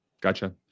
Gotcha